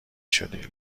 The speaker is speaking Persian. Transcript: شدی